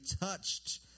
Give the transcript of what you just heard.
touched